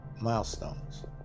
Milestones